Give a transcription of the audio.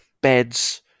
Beds